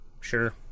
sure